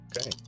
Okay